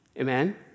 Amen